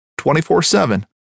24-7